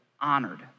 honored